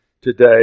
today